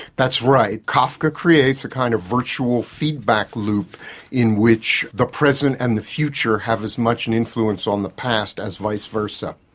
that's right. kafka creates the kind of virtual feedback loop in which the present and the future have as much an influence on the past as vice versa.